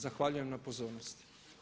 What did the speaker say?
Zahvaljujem na pozornosti.